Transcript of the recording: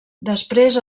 després